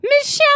michelle